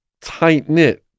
tight-knit